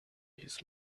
his